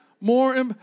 more